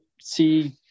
see